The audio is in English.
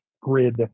grid